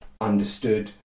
understood